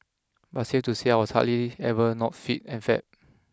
but safe to say I was hardly ever not fit and fab